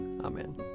Amen